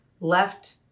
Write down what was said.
left